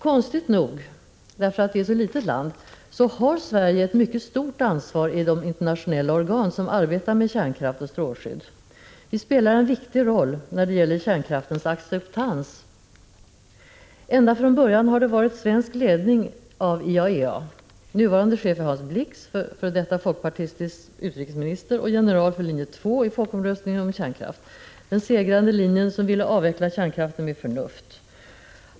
Konstigt nog — eftersom vi är ett så litet land — har Sverige ett mycket stort ansvar i de internationella organ som arbetar med kärnkraft och strålskydd. Vi spelar en viktig roll när det gäller kärnkraftens acceptans. Ända från början har det varit svensk ledning av IAEA. Nuvarande chef är Hans Blix, f.d. folkpartistisk utrikesminister och general för linje 2 i folkomröstningen om kärnkraft — den segrande linjen, som ville avveckla kärnkraften med förnuft.